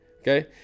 Okay